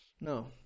No